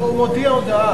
לא, הוא מודיע הודעה.